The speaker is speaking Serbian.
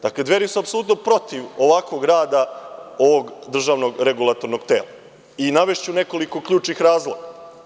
Dveri su apsolutno protiv ovakvog rada ovog državnog regulatornog tela i navešću nekoliko ključnih razloga.